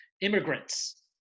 immigrants